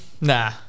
nah